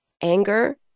anger